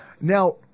Now